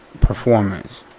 performance